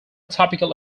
topical